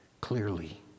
clearly